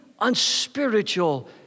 unspiritual